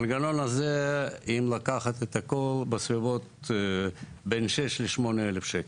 אם לקחת את הכול, בין 6,000 ל-8,000 שקל.